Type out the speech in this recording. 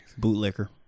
Bootlicker